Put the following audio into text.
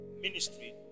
Ministry